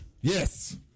Yes